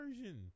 version